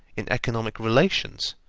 in economic relations,